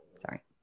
Sorry